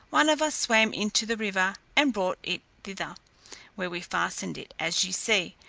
one of us swam into the river, and brought it thither, where we fastened it, as you see,